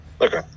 okay